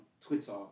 Twitter